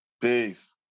peace